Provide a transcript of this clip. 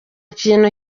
kintu